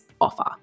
offer